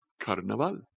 Carnaval